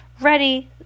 Ready